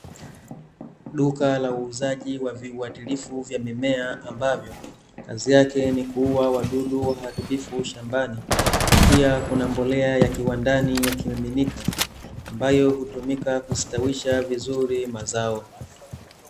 Duka ka uuzaji wa viwatilifu vya mimea ambavyo, kazi yake ni kuua wadudu waharibifu shambani, pia kuna mbolea ya kiwandani ya kimiminika, ambayo hutumika kustawisha vizuri mazao.